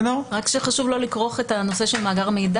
רק חשוב שלא לכרוך את הנושא של מאגר מידע